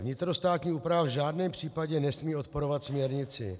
Vnitrostátní úprava v žádném případě nesmí odporovat směrnici.